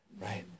right